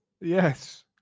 Yes